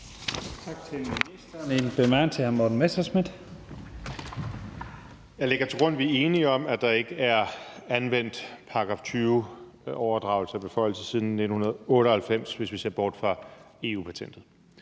Messerschmidt (DF): Jeg lægger til grund, at vi er enige om, at der ikke er anvendt § 20-overdragelse og -beføjelse siden 1998, hvis vi ser bort fra EU-patentet.